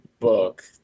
book